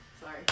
Sorry